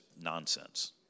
nonsense